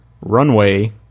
Runway